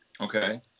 Okay